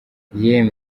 yewe